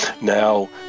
now